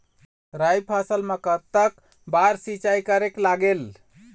राई फसल मा कतक बार सिचाई करेक लागेल?